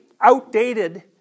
outdated